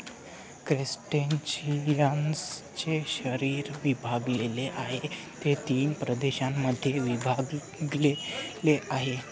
क्रस्टेशियन्सचे शरीर विभागलेले आहे, जे तीन प्रदेशांमध्ये विभागलेले आहे